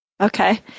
Okay